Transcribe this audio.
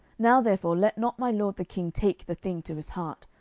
now therefore let not my lord the king take the thing to his heart,